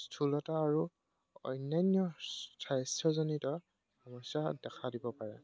স্থুলতা আৰু অন্যান্য স্বাস্থ্যজনিত সমস্যা দেখা দিব পাৰে